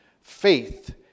Faith